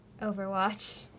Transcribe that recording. Overwatch